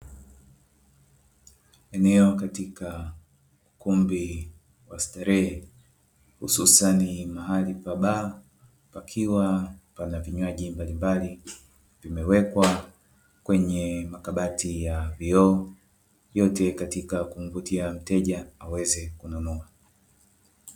Eneo katika ukumbi wa starehe hususani mahali pa baa, pakiwa pana vinywaji mbalimbali vimewekwa kwenye makabati ya vioo; vyote katika kumvutia mteja aweze kununua.